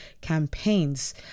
campaigns